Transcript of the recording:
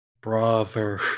Brother